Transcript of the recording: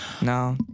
no